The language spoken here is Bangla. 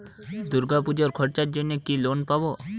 দূর্গাপুজোর খরচার জন্য কি লোন পাব?